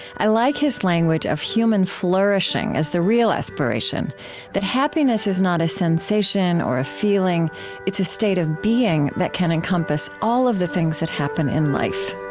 i like his language of human flourishing as the real aspiration that happiness is not a sensation or a feeling it's a state of being that can encompass all of the things that happen in life